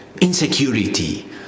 insecurity